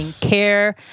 care